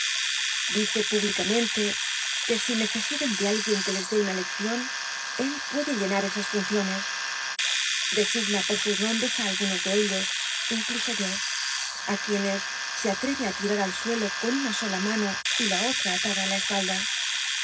dice públicamente que si necesitan do alguien enar osas funcioque les dé una leccion él puede h nes designa por sus nombres á algnnos ele ellos incluso yo quienes se ateve a tir u al suelo con una sola mano y la otra alada á la espalda